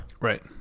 right